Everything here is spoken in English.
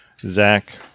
Zach